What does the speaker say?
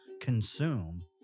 consume